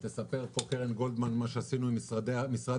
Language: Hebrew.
תספר לכם קרן גולדמן מה עשינו עם משרד